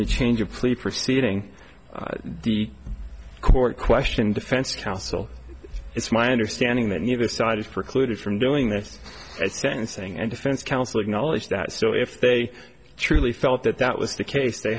the change of please perceiving the court question defense counsel it's my understanding that neither side is precluded from doing that at sentencing and defense counsel acknowledged that so if they truly felt that that was the case they